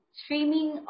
streaming